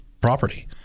property